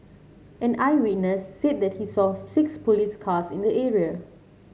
and eyewitness said that he saw six police cars in the area